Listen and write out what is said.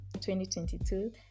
2022